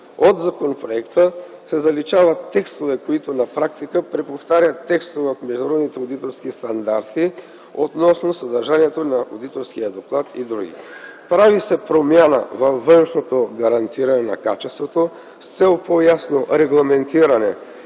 От законопроекта се заличават текстове, които на практика преповтарят текстове от Международните одиторски стандарти относно съдържанието на одиторския доклад и други. Прави се промяна във външното гарантиране на качеството с цел по-ясното регламентиране